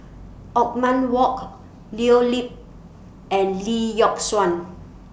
Othman Wok Leo Yip and Lee Yock Suan